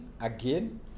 again